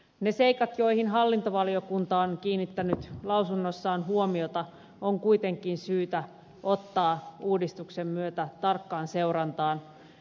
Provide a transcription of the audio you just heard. ne seikat joihin hallintovaliokunta on kiinnittänyt lausunnossaan huomiota on kuitenkin syytä ottaa uudistuksen myötä tarkkaan seurantaan